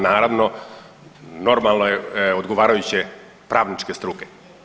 Naravno, normalno je odgovarajuće pravničke struke.